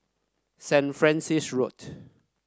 Saint Francis Road